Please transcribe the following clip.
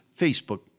Facebook